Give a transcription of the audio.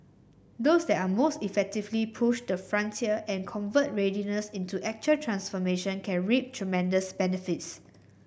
those that most effectively push the frontier and convert readiness into actual transformation can reap tremendous benefits